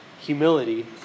humility